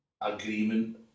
agreement